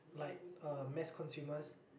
like uh mass consumers